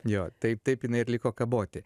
jo taip taip jinai ir liko kaboti